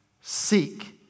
Seek